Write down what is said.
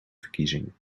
verkiezingen